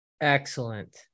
Excellent